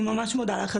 אני ממש מודה לך.